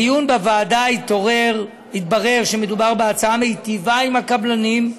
בדיון בוועדה התברר שמדובר בהצעה המיטיבה עם הקבלנים,